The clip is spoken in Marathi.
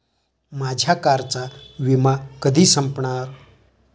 माझ्या कारचा विमा कधी संपणार